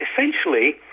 essentially